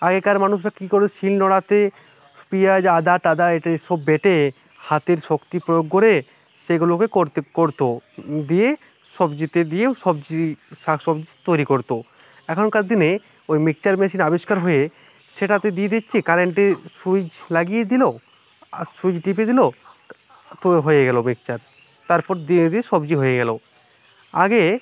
আগেকার মানুষজন কী করে শিল নোড়াতে পিঁয়াজ আদা টাদা এটে সব বেটে হাতের শক্তি প্রয়োগ করে সেগুলোকে করতে করতো দিয়ে সবজিতে দিয়েও সবজি শাক সবজি তৈরি করতো এখনকার দিনে ওই মিক্সচার মেশিন আবিষ্কার হয়ে সেটাতে দিয়ে দিচ্ছে কারেন্টের সুইচ লাগিয়ে দিলো আর সুইচ টিপে দিলো তো হয়ে গেলো মিক্সচার তারপর দিয়ে দিয়ে সবজি হয়ে গেলো আগে